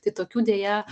tai tokių deja